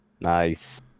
Nice